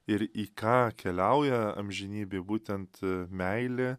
ir į ką keliauja amžinybė būtent meilė